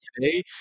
today